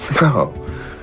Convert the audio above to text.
No